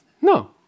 No